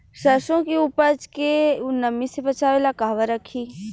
सरसों के उपज के नमी से बचावे ला कहवा रखी?